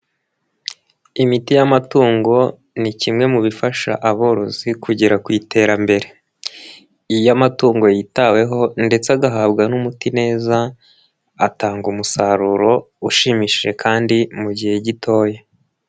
Imiti y'amatungo, ni kimwe mu bifasha aborozi kugera ku iterambere, iyo amatungo yitaweho ndetse agahabwa n'umuti neza, atanga umusaruro ushimishije kandi mu gihe gitoya.